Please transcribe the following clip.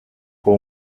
con